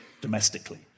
domestically